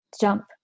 jump